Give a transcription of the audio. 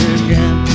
again